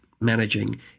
managing